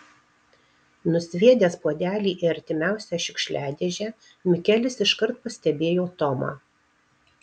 nusviedęs puodelį į artimiausią šiukšliadėžę mikelis iškart pastebėjo tomą